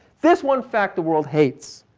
this one fact the world hates,